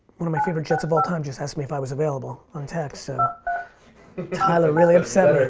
one of my favorite jets of all time just asked me if i was available on text so tyler really upset